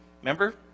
Remember